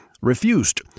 refused